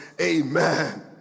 amen